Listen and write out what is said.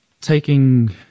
Taking